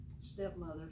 stepmother